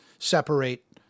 separate